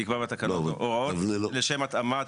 יקבע בתקנות הוראות לשם התאמת